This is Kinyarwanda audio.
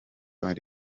ari